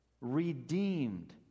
redeemed